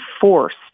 forced